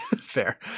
fair